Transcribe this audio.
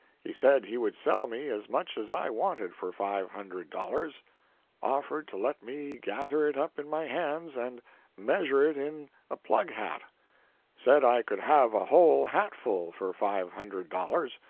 he said he would sell me as much as i wanted for five hundred dollars offered to let me gather it up in my hands and measure it in a plug hat said i could have a whole hatful for five hundred dollars.